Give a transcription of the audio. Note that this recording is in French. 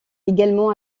également